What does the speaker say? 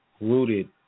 rooted